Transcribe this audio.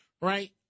Right